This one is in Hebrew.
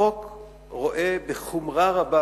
החוק רואה בחומרה רבה,